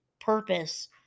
purpose